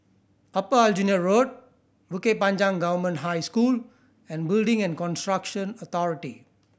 Upper Aljunied Road Bukit Panjang Government High School and Building and Construction Authority